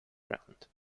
round